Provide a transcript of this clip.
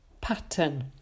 pattern